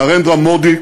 נרנדרה מודי,